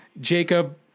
Jacob